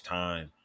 time